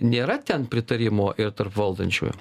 nėra ten pritarimo ir tarp valdančiųjų